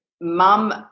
mum